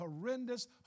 horrendous